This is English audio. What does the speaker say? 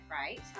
right